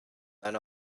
then